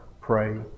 Pray